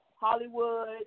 Hollywood